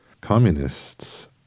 Communists